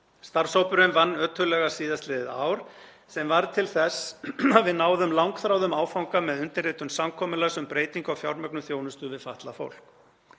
Starfshópurinn vann ötullega síðastliðið ár sem varð til þess að við náðum langþráðum áfanga með undirritun samkomulags um breytingu á fjármögnun þjónustu við fatlað fólks.